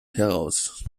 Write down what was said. heraus